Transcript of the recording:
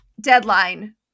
deadline